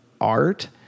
art